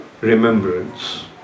Remembrance